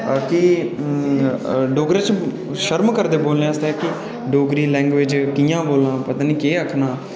के डोगरी च शर्म करदे बोलने आस्तै कि डोगरी लैग्वेज कि'यां बोल्लां खबरै केह् आक्खां